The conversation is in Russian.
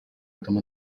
этом